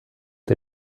der